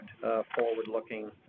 forward-looking